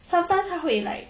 sometimes 它会 like